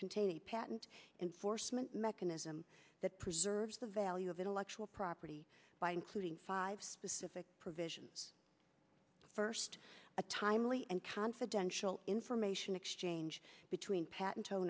contain a patent and forstmann mechanism that preserves the value of intellectual property by including five specific provisions first a timely and confidential information exchange between pat